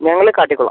ഞങ്ങൾ കാട്ടിക്കുളം